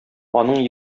аның